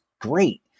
great